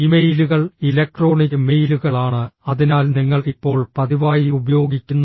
ഇമെയിലുകൾ ഇലക്ട്രോണിക് മെയിലുകളാണ് അതിനാൽ നിങ്ങൾ ഇപ്പോൾ പതിവായി ഉപയോഗിക്കുന്നു